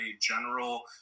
general